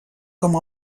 com